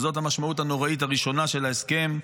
וזאת המשמעות הנוראית הראשונה של ההסכם.